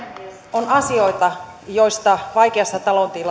on asioita joista vaikeassa